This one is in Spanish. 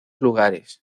lugares